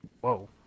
Whoa